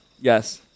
Yes